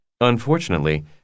Unfortunately